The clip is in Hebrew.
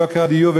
ויוקר הדיור,